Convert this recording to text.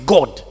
God